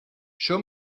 show